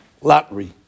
lottery